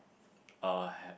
uh